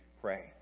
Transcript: pray